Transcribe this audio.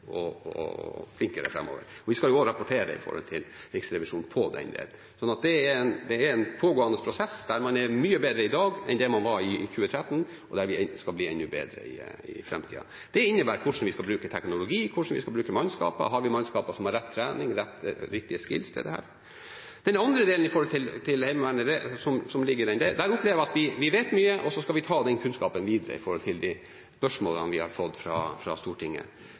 og flinkere framover. Vi skal også rapportere til Riksrevisjonen på den delen. Så det er en pågående prosess der man er mye bedre i dag enn det man var i 2013, og der vi skal bli enda bedre i framtida. Det innebærer hvordan vi skal bruke teknologi, hvordan vi skal bruke mannskaper – om vi har mannskaper som har riktig trening og riktige «skills» til dette. Den andre delen når det gjelder Heimevernet: Der opplever jeg at vi vet mye, og så skal vi ta den kunnskapen videre med tanke på de spørsmålene vi har fått fra Stortinget